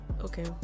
okay